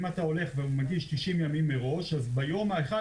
אם אתה מגיש 90 ימים מראש אז ביום הראשון